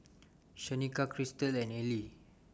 Shanika Christal and Eli